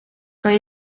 kan